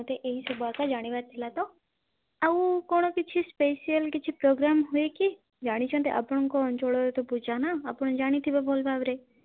ମୋତେ ଏହି ସବୁ ଆକା ଜାଣିବାର ଥିଲା ତ ଆଉ କଣ କିଛି ସ୍ପେସିଆଲ୍ କିଛି ପୋଗ୍ରାମ୍ ହୁଏ କି ଜାଣିଛନ୍ତି ଆପଣଙ୍କ ଅଞ୍ଚଳରେ ତ ପୂଜା ନା ଆପଣ ଜାଣିଥିବେ ଭଲ ଭାବରେ